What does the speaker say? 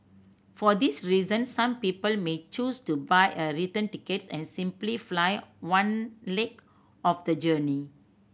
for this reason some people may choose to buy a return tickets and simply fly one leg of the journey